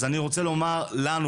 אז אני רוצה לומר לנו,